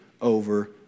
over